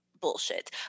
bullshit